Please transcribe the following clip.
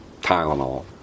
Tylenol